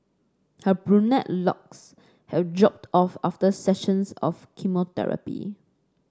her brunette locks have dropped off after sessions of chemotherapy